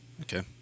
Okay